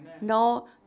No